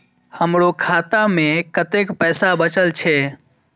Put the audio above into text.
हमरो खाता में कतेक पैसा बचल छे?